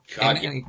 God